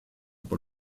por